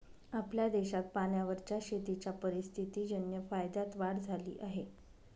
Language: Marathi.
आपल्या देशात पाण्यावरच्या शेतीच्या परिस्थितीजन्य फायद्यात वाढ झाली आहे